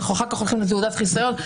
אחר כך אנחנו הולכים לתעודת חיסיון,